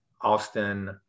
Austin